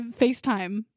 FaceTime